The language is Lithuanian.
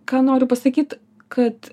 ką noriu pasakyt kad